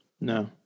no